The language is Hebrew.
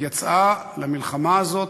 היא יצאה למלחמה הזאת,